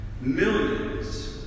Millions